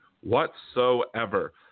whatsoever